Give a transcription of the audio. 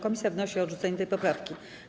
Komisja wnosi o odrzucenie tej poprawki.